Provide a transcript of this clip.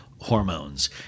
hormones